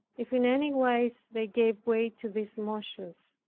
if in any wise they gave way to these motions.